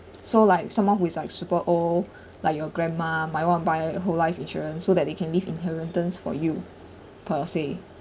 so like someone who is like super old like your grandma might want buy whole life insurance so that they can leave inheritance for you per se